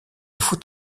faut